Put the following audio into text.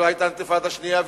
ולא היתה האינתיפאדה השנייה,